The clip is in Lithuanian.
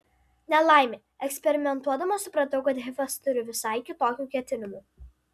nelaimė eksperimentuodama supratau kad hifas turi visai kitokių ketinimų